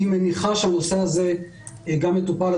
היא מניחה שהנושא הזה גם יטופל,